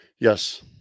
Yes